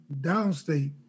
Downstate